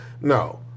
No